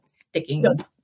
sticking